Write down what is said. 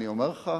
אני אומר לך,